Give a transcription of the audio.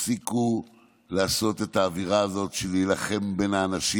תפסיקו לעשות את האווירה הזאת של להילחם בין האנשים.